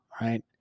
right